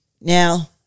Now